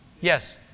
Yes